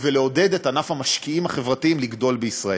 ולעודד את ענף המשקיעים החברתיים לגדול בישראל.